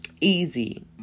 easy